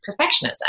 perfectionism